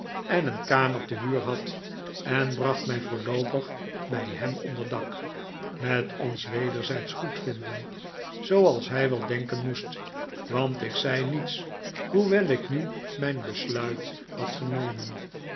en een kamer te huur had en bracht mij voorloopig bij hem onder dak met ons wederzijdsch goedvinden zooals hij wel denken moest want ik zei niets hoewel ik nu mijn besluit had genomen